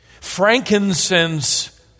frankincense